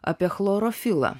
apie chlorofilą